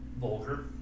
vulgar